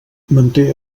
manté